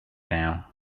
now